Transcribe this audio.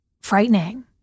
frightening